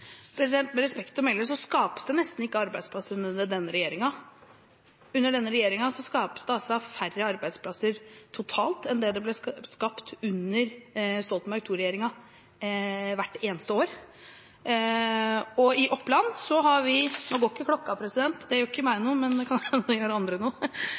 Med respekt å melde skapes det nesten ikke arbeidsplasser under denne regjeringen. Under denne regjeringen skapes det færre arbeidsplasser totalt enn det det ble skapt under Stoltenberg II-regjeringen hvert eneste år. I Oppland har vi vakker natur, vi har det grønne karbonet, vi har skog og jord, vi er landets største hyttefylke, vi er